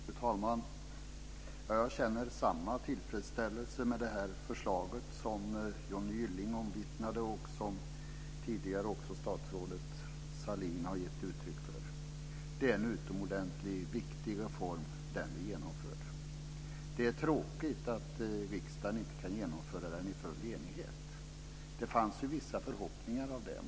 Fru talman! Jag känner samma tillfredsställelse över detta förslag som Johnny Gylling omvittnade och som tidigare också statsrådet Sahlin har gett uttryck för. Det är en utomordentligt viktig reform som vi genomför. Det är tråkigt att riksdagen inte kan genomföra den i full enighet. Det fanns vissa förhoppningar om det.